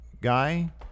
guy